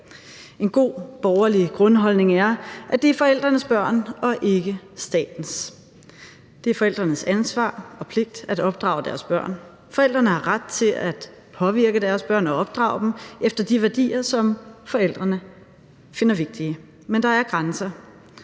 En god borgerlig grundholdning er, at det er forældrenes børn og ikke statens. Det er forældrenes ansvar og pligt at opdrage deres børn. Forældrene har ret til at påvirke deres børn og opdrage dem efter de værdier, som forældrene finder vigtige, men der er grænser.